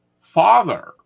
father